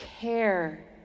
care